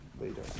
later